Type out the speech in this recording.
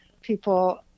people